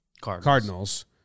Cardinals